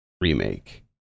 remake